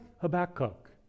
Habakkuk